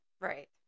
Right